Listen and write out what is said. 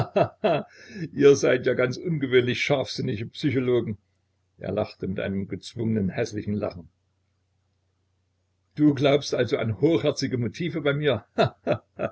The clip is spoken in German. ihr seid ja ganz ungewöhnlich scharfsinnige psychologen er lachte mit einem gezwungenen häßlichen lachen du glaubst also an hochherzige motive bei mir